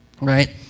right